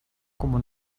como